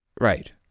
Right